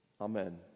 Amen